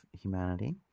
humanity